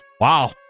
Wow